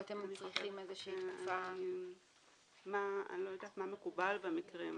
או אתם צריכים איזושהי תקופה --- אני לא יודעת מה מקובל במקרים האלה,